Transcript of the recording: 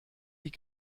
die